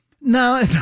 no